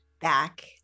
back